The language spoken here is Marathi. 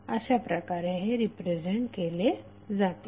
अशाप्रकारे हे रिप्रेझेंट केले जातील